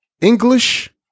English